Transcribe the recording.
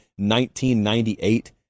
1998